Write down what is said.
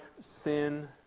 sin